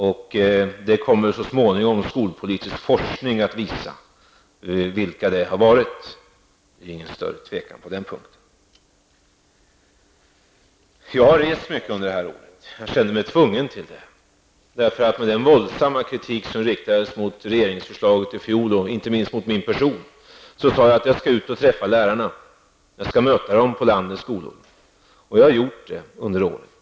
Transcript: Skolpolitisk forskning kommer så småningom att visa vilka det har varit -- det är ingen större tvekan på den punkten. Jag har rest mycket under det här året -- jag kände mig tvungen till det. På grund av den våldsamma kritik som i fjol riktades mot regeringsförslaget och inte minst mot min person sade jag att jag skulle resa ut och träffa lärarna och möta dem på landets skolor. Jag har under året gjort det.